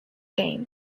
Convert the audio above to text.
game